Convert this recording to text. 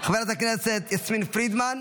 חברת הכנסת יסמין פרידמן.